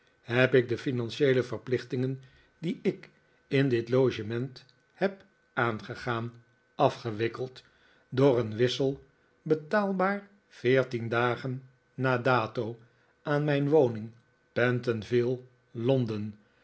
heb ik de financieele verplichtingen die ik in dit logement heb aangegaan afgewikkeld door een wissel betaalbaar veertien dagen na dato aan mijn woning pentonville londen